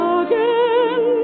again